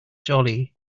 jolly